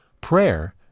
Prayer